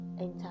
enter